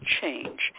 change